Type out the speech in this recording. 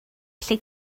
allu